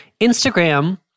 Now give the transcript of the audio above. Instagram